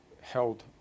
held